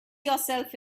yourself